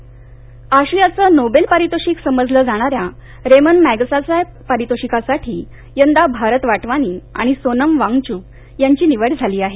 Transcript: Magsaysay आशियाचं Nobel पारितोषिक समजलं जाणाऱ्या रेमन मॅगसायसाय पारितोषिकासाठी यंदा भारत वाटवानी आणि सोनम वांगचुक यांची निवड झाली आहे